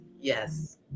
yes